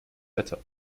wetter